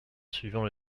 suivant